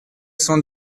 cent